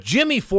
Jimmy